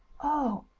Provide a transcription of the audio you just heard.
oh!